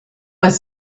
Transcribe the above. with